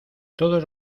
todos